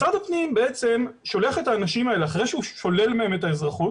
משרד הפנים בעצם שולח את האנשים האלה אחרי שהוא שולל מהם את האזרחות